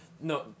no